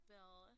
Bill